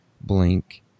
Blink